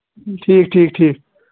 ٹھیٖک ٹھیٖک ٹھیٖک